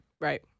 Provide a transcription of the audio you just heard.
Right